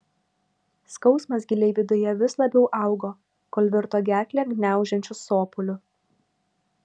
skausmas giliai viduje vis labiau augo kol virto gerklę gniaužiančiu sopuliu